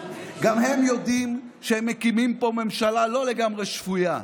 גם הם יודעים שהם מקימים פה ממשלה לא לגמרי שפויה.